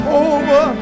over